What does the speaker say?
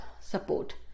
support